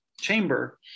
chamber